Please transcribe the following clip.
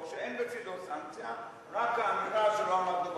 שאין בצדו סנקציה אלא רק האמירה שלא עמדת בחוק.